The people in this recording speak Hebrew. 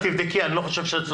תבדקי, אני לא חושב שאת צודקת.